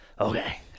okay